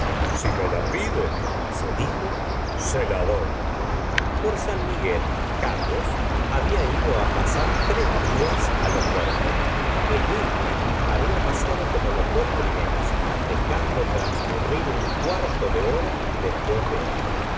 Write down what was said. si me la pidese dijose la doy por san miguel carlos había ido pasar tres días los berteaux el último había pasado como los dos primeros dejando transcurrir un cuarto de hora después de otro